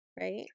right